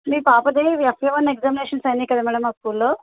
మీ పాపది FA one examinations అయినాయి కదా మేడం మా స్కూల్లో